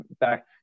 back –